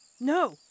No